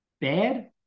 bad